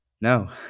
No